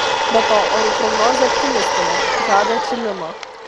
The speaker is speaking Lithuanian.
be to orų prognozė optimistinė žada atšilimą